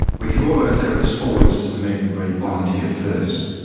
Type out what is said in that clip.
we give all our therapists four weeks as a meet-and-greet volunteer first,